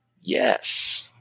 Yes